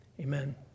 Amen